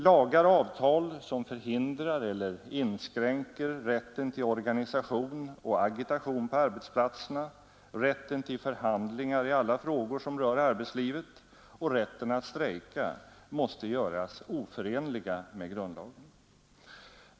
Lagar och avtal som förhindrar eller inskränker rätten till organisation och agitation på arbetsplatserna, rätten till förhandlingar i alla frågor som rör arbetslivet och rätten att strejka måste göras oförenliga med grundlagen.